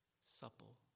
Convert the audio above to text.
supple